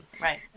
Right